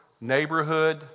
neighborhood